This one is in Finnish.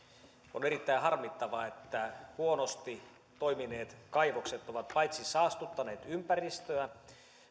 on erittäin harmittavaa että huonosti toimineet kaivokset ovat paitsi saastuttaneet ympäristöä